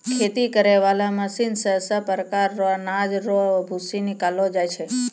खेती करै बाला मशीन से सभ प्रकार रो अनाज रो भूसी निकालो जाय छै